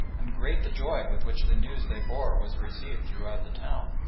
and great the joy with which the news they bore was received throughout the town.